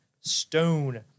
stone